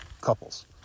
couples